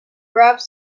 grabbed